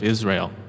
Israel